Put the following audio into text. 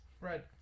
Red